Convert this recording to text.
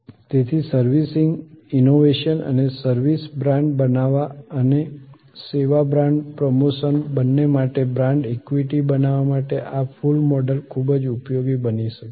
તેથી servicing innovation અને service brand બનાવવા અને સેવા બ્રાન્ડ પ્રમોશન બંને માટે બ્રાન્ડ ઇક્વિટી બનાવવા માટે આ ફૂલ મોડલ ખૂબ જ ઉપયોગી બની શકે છે